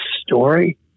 story